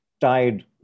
tied